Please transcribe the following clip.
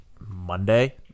Monday